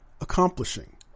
accomplishing